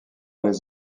les